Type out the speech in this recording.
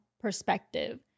perspective